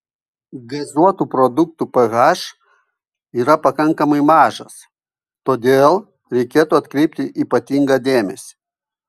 gazuotų produktų ph yra pakankamai mažas todėl reikėtų atkreipti ypatingą dėmesį